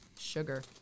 sugar